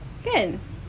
kan